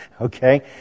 okay